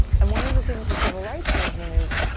and one of the things that civil rights movement is,